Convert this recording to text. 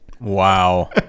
Wow